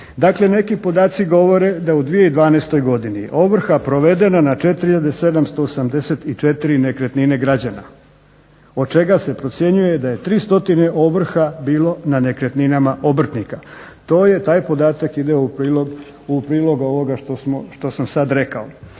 Dakle, neki podaci govore da je u 2012. godini ovrha provedena na 4 hiljade 784 nekretnine građana. Od čega se procjenjuje da je 3 stotine ovrha bilo na nekretninama obrtnika. To je, taj podatak ide u prilog ovoga što sam sada rekao.